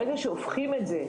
ברגע שהופכים את זה,